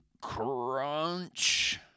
Crunch